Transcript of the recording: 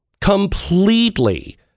Completely